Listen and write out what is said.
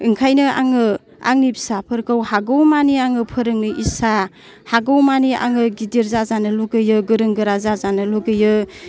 ओंखायनो आङो आंनि फिसाफोरखौ हागौमानि आङो फोरोंनो इस्सा हागौमानि आङो गिदिर जाजानो लुबैयो गोरों गोरा जाजानो लुबैयो